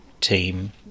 team